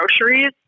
groceries